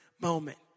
moment